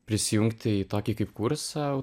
prisijungti į tokį kaip kursą